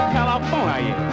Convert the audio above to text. California